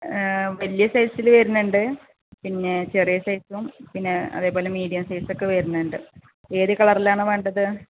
വലിയ സൈസിൽ വരുന്നുണ്ട് പിന്നെ ചെറിയ സൈസും പിന്നെ അതേപോലെ മീഡിയം സൈസൊക്കെ വരുന്നുണ്ട് ഏത് കളറിലാാണ് വേണ്ടത്